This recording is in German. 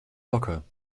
locker